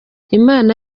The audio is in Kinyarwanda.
imana